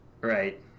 Right